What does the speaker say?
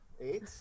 Eight